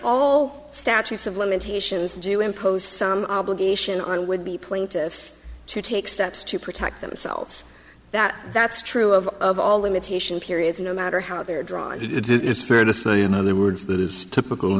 all statutes of limitations and you impose some obligation on would be plaintiffs to take steps to protect themselves that that's true of of all imitation periods no matter how they're drawn it's fair to say in other words that is typical